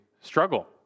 struggle